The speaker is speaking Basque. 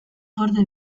gorde